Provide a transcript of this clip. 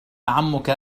عمك